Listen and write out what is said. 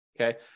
Okay